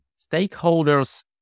stakeholders